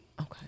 Okay